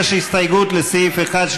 יש הסתייגות לסעיף 1,